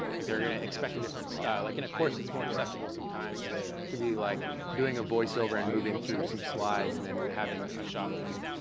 like, they're going to expect a different style. like in a course it's more acceptable sometimes to be like doing a voiceover and moving through some slides and then having a shot from,